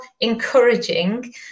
encouraging